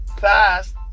fast